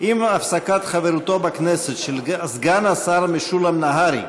הפסקת חברותו בכנסת של סגן השר משולם נהרי,